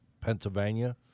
Pennsylvania